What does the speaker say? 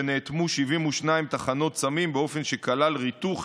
ונאטמו 72 תחנות סמים באופן שכלל ריתוך,